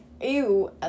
Ew